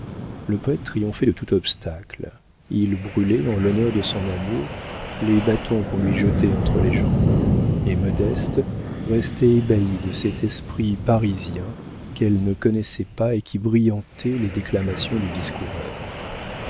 le poëte triomphait de tout obstacle il brûlait en l'honneur de son amour les bâtons qu'on lui jetait entre les jambes et modeste restait ébahie de cet esprit parisien qu'elle ne connaissait pas et qui brillantait les déclamations du